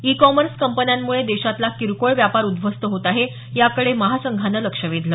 E commerce कंपन्यांमुळे देशातला किरकोळ व्यापार उद्धस्त होत आहे याकडे महासंघानं लक्ष वेधलं